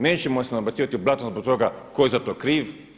Nećemo se nabacivati s blatom zbog toga tko je za to kriv.